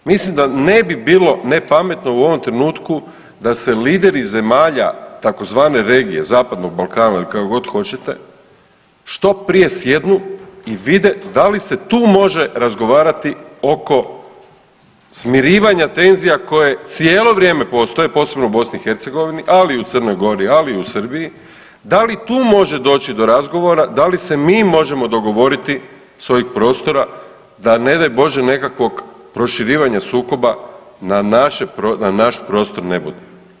Mislim da ne bi bilo nepametno u ovom trenutku da se lideri zemalja tzv. regije Zapadnog Balkana ili kako god hoćete što prije sjednu i vide da li se tu može razgovarati oko smirivanja tenzija koje cijelo vrijeme postoje, posebno u BiH ali i u Crnog Gori, ali i u Srbiji, da li tu može doći do razgovora, da li se mi možemo dogovoriti s ovih prostora da ne daj Bože nekakvog proširivanja sukoba na naše, na naš prostor ne bude.